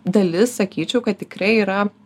dalis sakyčiau kad tikrai yra